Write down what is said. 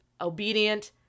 obedient